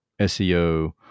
SEO